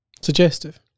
Suggestive